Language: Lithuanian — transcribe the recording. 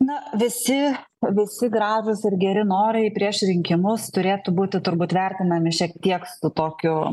na visi visi gražūs ir geri norai prieš rinkimus turėtų būti turbūt vertinami šiek tiek su tokiu